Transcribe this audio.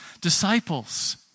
disciples